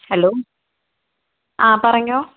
hello ആ പറഞ്ഞോളൂ